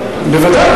בוודאי,